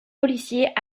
policiers